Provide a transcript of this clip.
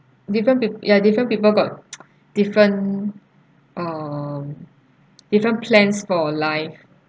different peo~ ya different people got different um different plans for life